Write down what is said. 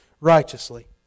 righteously